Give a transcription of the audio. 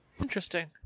interesting